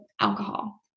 alcohol